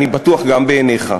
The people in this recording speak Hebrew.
אני בטוח שגם בעיניך,